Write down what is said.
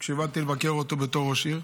כשבאתי לבקר אותו בתור ראש עיר.